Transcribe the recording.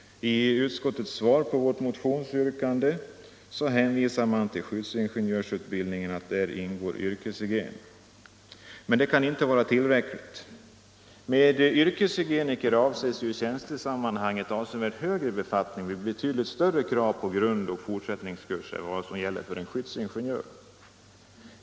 I utskottets svar på vårt motionsyrkande hänvisar man till att yrkeshygien ingår i skyddsingenjörsutbildningen. Men det kan inte vara tillräckligt. Med ”yrkeshygieniker” avses i tjänstesammanhang en avsevärt högre befattning 150 med betydligt större krav på grund och fortsättningskurser än vad som gäller för skyddsingenjörer.